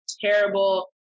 terrible